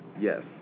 Yes